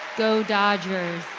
go dodgers.